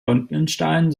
röntgenstrahlen